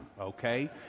Okay